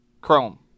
Chrome